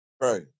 Right